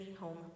home